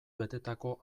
betetako